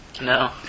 no